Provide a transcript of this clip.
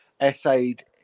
essayed